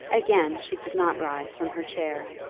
again she did not rise from her chair,